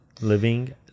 Living